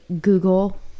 google